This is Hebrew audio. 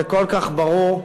זה כל כך ברור,